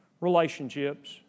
relationships